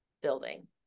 building